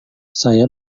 saya